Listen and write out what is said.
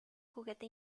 juguete